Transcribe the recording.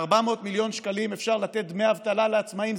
ב-400 מיליון שקלים אפשר לתת דמי אבטלה לעצמאים.